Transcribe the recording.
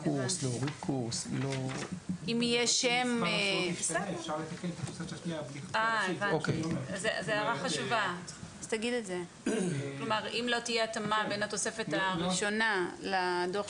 תקן אותי אם אני טועה: להגיד איך אנחנו משרד הבריאות רואה את הדברים,